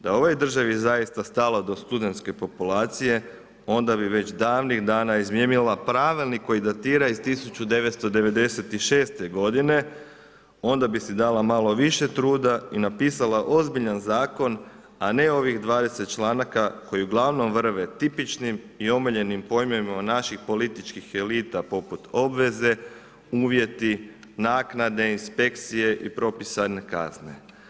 Da je ovoj državi zaista stalo do studentske populacije onda bih već davnih dana izmijenila pravilnik koji datira iz 1996. godine onda bi si dala malo više truda i napisala ozbiljan zakon, a ne ovih 20 članaka koji uglavnom vrve tipičnim i omiljenim pojmovima naših političkih elita poput obveze, uvjeti, naknade, inspekcije i propisane kazne.